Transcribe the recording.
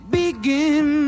begin